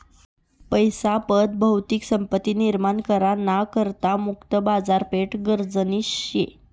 पैसा पत भौतिक संपत्ती निर्माण करा ना करता मुक्त बाजारपेठ गरजनी शे